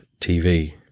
TV